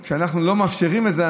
כשאנחנו לא מאפשרים את זה,